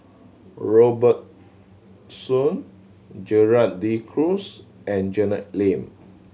Robert Soon Gerald De Cruz and Janet Lim